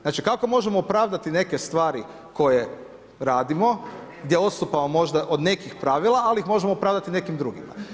Znači kako možemo opravdati neke stvari koje radimo, gdje odstupamo možda od nekih pravila ali ih možemo opravdati nekim drugim.